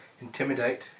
intimidate